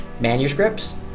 manuscripts